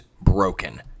broken